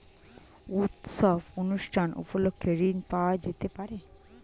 উৎসব অনুষ্ঠান উপলক্ষে ঋণ পাওয়া যেতে পারে?